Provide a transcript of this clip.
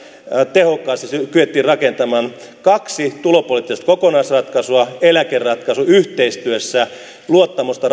tehokkaasti kyettiin rakentamaan kaksi tulopoliittista kokonaisratkaisua eläkeratkaisu yhteistyössä rakentaen luottamusta